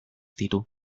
ditu